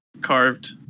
carved